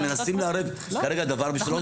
אתם מנסים לערב כרגע דבר שהוא לא קשור.